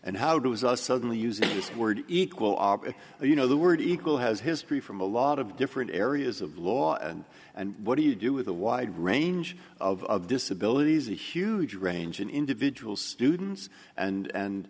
and how does us suddenly using this word equal you know the word equal has history from a lot of different areas of law and and what do you do with a wide range of disabilities a huge range an individual students